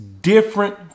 different